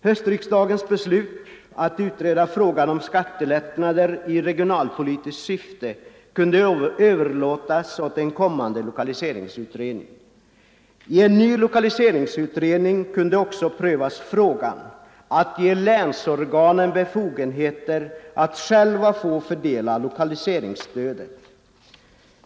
Höstriksdagens beslut att utreda frågan om skattelättnader i regionalpolitiskt syfte kunde överlåtas åt en kommande lokaliseringsutredning. I en ny lokaliseringsutredning kunde också prövas frågan att ge länsorganen befogenheter att själva få fördela lokaliseringsstödet.